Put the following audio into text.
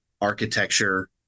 architecture